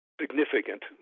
significant